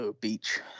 Beach